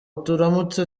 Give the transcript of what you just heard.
turamutse